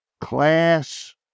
class